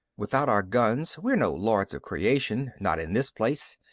without our guns, we're no lords of creation not in this place.